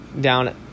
down